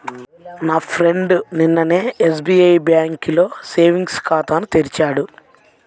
నా ఫ్రెండు నిన్ననే ఎస్బిఐ బ్యేంకులో సేవింగ్స్ ఖాతాను తెరిచాడు